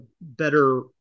better